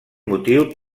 motiu